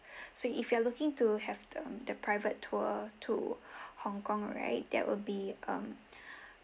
so if you're looking to have the the private tour to Hong-Kong right that would be um